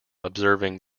observing